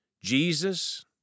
Jesus